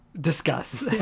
Discuss